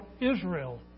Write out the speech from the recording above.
Israel